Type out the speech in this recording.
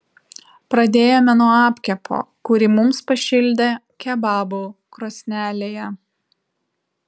pradėjome nuo apkepo kurį mums pašildė kebabų krosnelėje